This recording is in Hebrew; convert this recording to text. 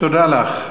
תודה לך.